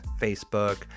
Facebook